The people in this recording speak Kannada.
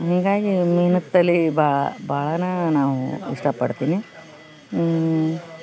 ಹಿಂಗಾಗಿ ಮೀನು ತಲೆ ಭಾಳ ಬಾಳಾನ ನಾವು ಇಷ್ಟ ಪಡ್ತೀನಿ